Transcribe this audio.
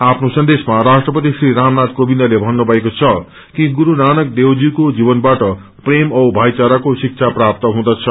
आफ्नो सन्देशमा राष्ट्रपति श्री रामनाय कोविन्दले भन्नुभएको छ कि गुरू नानक देवजीको जीवनबाट प्रेम औ भाइचाराको शिक्षा प्राप्त हुँदछ